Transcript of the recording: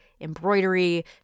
embroidery